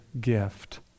gift